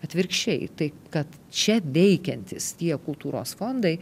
atvirkščiai tai kad čia veikiantys tiek kultūros fondai